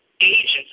agents